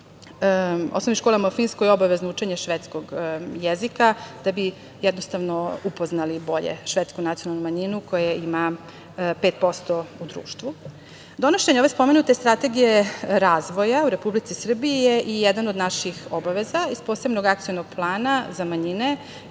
osnovnim školama u Finskoj obavezno učenje Švedskog jezika, da bi jednostavno upoznali bolje švedsku nacionalnu manjinu, koje ima 5% u društvu. Donošenje ove spomenute Strategije razvoja u Republici Srbiji je jedna od naših obaveza iz Posebnog akcionog plana za manjine